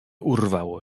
urwało